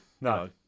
No